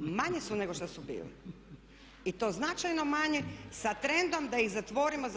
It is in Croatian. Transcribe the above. Manji su nego što su bili i to značajno manji sa trendom da ih zatvorimo